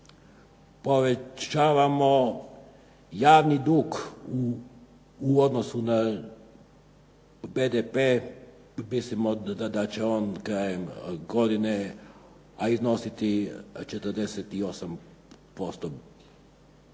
povećavamo javni dug u odnosu na BDP, mislimo da će on krajem godine iznositi 48%